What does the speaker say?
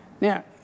Now